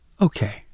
Okay